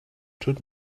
tut